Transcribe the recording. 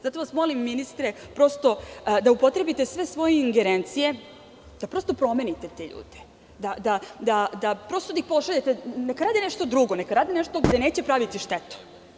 Zato vas molim, ministre, da upotrebite sve svoje ingerencije i da prosto promenite te ljude, da ih pošaljete da rade nešto drugo, neka rade nešto gde neće praviti štetu.